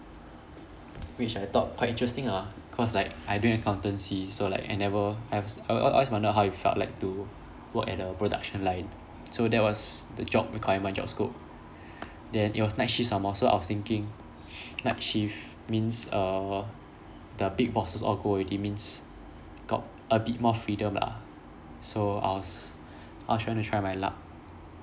which I thought quite interesting ah cause like I doing accountancy so like I never have I've I I always wondered how it felt like to work at the production line so that was the job requirement job scope then it was night shift some more so I was thinking night shift means uh the big bosses all go already means got a bit more freedom lah so I was I was trying to try my luck